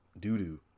doo-doo